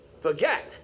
forget